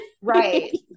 Right